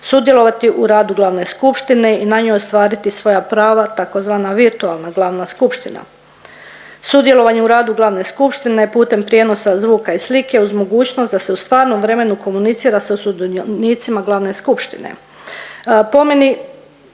sudjelovati u radu glavne skupštine i na njoj ostvariti svoja prava tzv. virtualna glavna skupština. Sudjelovanje u radu glavne skupštine putem prijenosa zvuka i slike uz mogućnost da se u stvarnom vremenu komunicira sa sudionicima glavne skupštine.